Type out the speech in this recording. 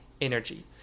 energy